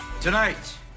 Tonight